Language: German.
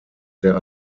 der